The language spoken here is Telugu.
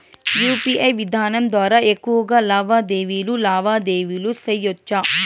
యు.పి.ఐ విధానం ద్వారా ఎక్కువగా లావాదేవీలు లావాదేవీలు సేయొచ్చా?